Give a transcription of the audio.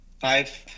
five